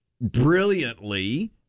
brilliantly